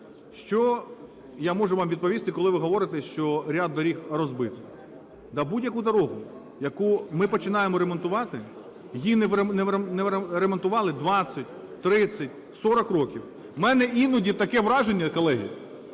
Що я можу вам відповісти, коли ви говорите, що ряд доріг розбито. Да будь-яку дорогу, яку ми починаємо ремонтувати, її не ремонтували 20, 30, 40 років. В мене іноді таке враження, колеги,